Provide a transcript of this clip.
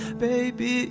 Baby